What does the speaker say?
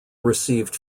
received